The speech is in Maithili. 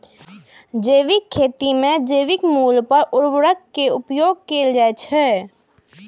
जैविक खेती मे जैविक मूल के उर्वरक के उपयोग कैल जाइ छै